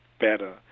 better